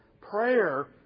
Prayer